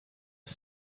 all